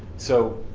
so,